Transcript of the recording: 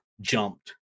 jumped